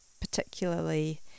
particularly